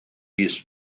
mis